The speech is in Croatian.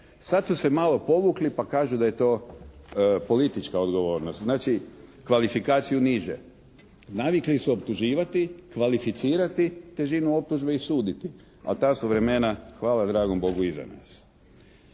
Sad su se malo povukli pa kažu da je to politička odgovornost. Znači kvalifikaciju niže. Navikli su optuživati, kvalificirati težinu optužbi i suditi, a ta su vremena hvala dragom Bogu iza nas.